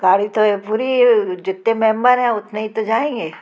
गाड़ी तो पूरी ये जितने मेम्बर हैं उतने ही तो जाएंगे